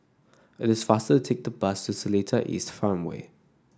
it is faster to take the bus to Seletar East Farmway